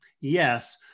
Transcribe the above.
Yes